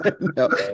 no